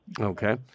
Okay